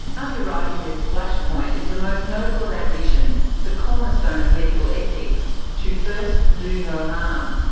underwriting this flashpoint is the most noble of ambitions, the cornerstone of medical ethics, to first do no harm.